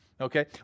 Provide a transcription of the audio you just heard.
Okay